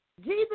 Jesus